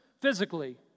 physically